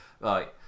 Right